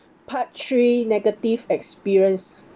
part three negative experience